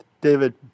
David